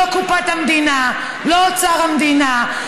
לא קופת המדינה, לא אוצר המדינה.